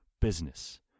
business